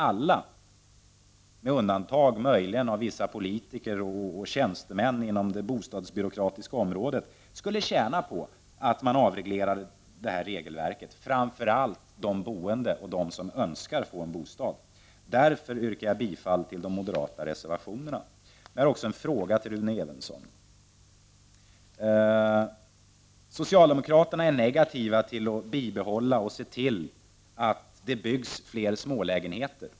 Alla, med undantag möjligen för vissa politiker och tjänstemän inom det bostadsbyråkratiska området, skulle tjäna på att man avreglerade detta re gelverk, framför allt de boende och de som önskar få en bostad. Därför yrkar jag bifall till de moderata reservationerna. Jag har en fråga till Rune Evensson. Socialdemokraterna är negativa till att det byggs fler smålägenheter.